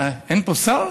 אין פה שר,